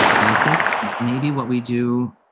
but i think maybe what we do